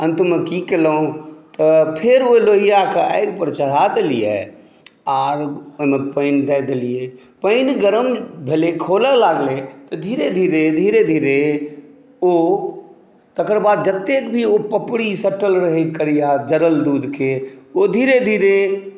अन्तमे की केलहुँ तऽ फेर ओहि लोहिआकेँ आगिपर चढ़ा देलियै आ ओहिमे पानि दए देलियै पानि गरम भेलै खौलय लागलै तऽ धीरे धीरे धीरे धीरे ओ तकरबाद जतेक भी ओ पपड़ी सटल रहै करीयाहा जड़ल दूधके ओ धीरे धीरे